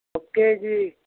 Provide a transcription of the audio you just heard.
ఒక కేజీ